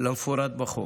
למפורט בחוק.